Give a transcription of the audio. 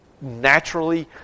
naturally